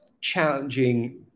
challenging